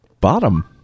bottom